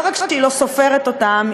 לא רק שהיא לא סופרת אותם,